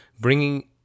bringing